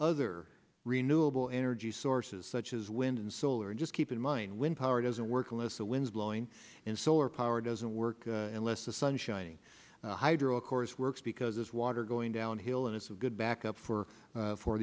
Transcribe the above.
other renewable energy sources such as wind and solar and just keep in mind when power doesn't work unless the wind blowing in solar power doesn't work unless the sun shining hydro of course works because it's water going downhill and it's a good backup for